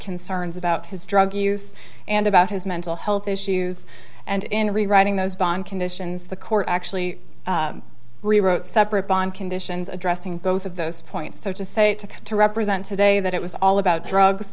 concerns about his drug use and about his mental health issues and in rewriting those bond conditions the court actually rewrote separate bond conditions addressing both of those points so to say to represent today that it was all about drugs